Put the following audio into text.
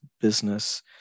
business